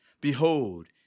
Behold